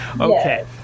Okay